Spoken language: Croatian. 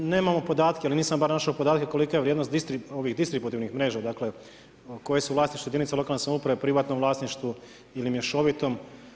Nemamo podatke ili nisam bar našao podatke kolika je vrijednost ovih distributivnih mreža, dakle koje su u vlasništvu jedinica lokalne samouprave, privatnom vlasništvu ili mješovitom.